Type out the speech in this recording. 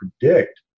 predict